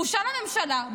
בושה לממשלה,